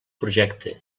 projecte